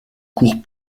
cours